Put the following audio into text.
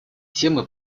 темы